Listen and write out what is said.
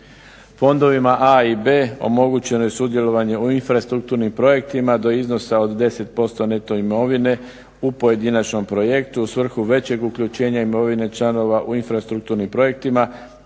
Fondovima A i B omogućeno je sudjelovanje u infrastrukturnim projektima do iznosa od 10% neto imovine u pojedinačnom projektu u svrhu većeg uključenja imovine članova u infrastrukturnim projektima